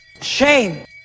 Shame